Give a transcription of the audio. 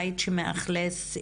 מדובר.